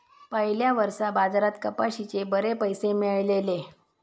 पयल्या वर्सा बाजारात कपाशीचे बरे पैशे मेळलले